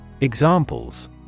Examples